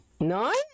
None